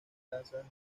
trazas